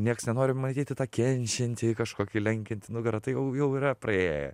nieks nenori matyti tą kenčiantį kažkokį lenkiantį nugarą tai jau jau yra praėję